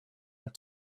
and